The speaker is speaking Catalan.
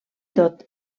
tot